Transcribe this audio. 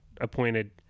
appointed